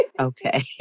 Okay